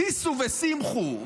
שישו ושמחו,